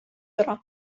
тора